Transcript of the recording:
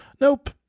Nope